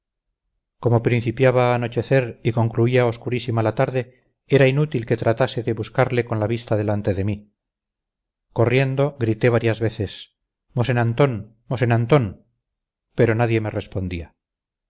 como principiaba a anochecer y concluía oscurísima la tarde era inútil que tratase de buscarle con la vista delante de mí corriendo grité varias veces mosén antón mosén antón pero nadie me respondía